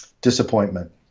disappointment